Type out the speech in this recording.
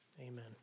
Amen